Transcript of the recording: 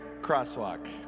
Crosswalk